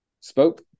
spoke